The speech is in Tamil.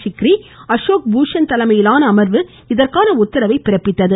சிக்ரி அசோக் பூஷன் தலைமையிலான அமர்வு இதற்கான உத்தரவை பிறப்பித்தது